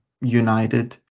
united